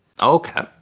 okay